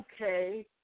okay